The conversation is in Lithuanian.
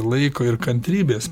laiko ir kantrybės